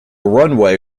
runway